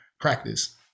practice